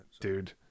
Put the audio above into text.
dude